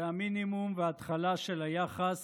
זה המינימום וההתחלה של היחס